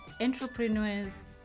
entrepreneurs